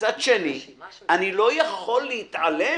מצד שני, אני לא יכול להתעלם